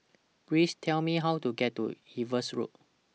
Please Tell Me How to get to Evans Road